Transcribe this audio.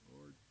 Lord